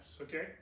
okay